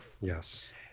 Yes